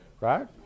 Right